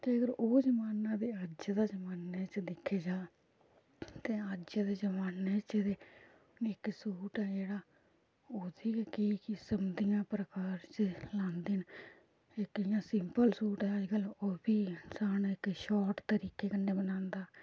ते अगर जमान्ना ते अज्ज दा जमान्ना च दिक्खेआ जा ते अज्ज दे जमान्ने च ते इक सूट ऐ जेह्ड़ा उसी गै केईं किसम दियां प्रकार दे सेआइयै लांदे न इक इयां सिंपल सूट ऐ अज्जकल ओह् बी इंसान कि शार्ट तरीके कन्नै बनांदा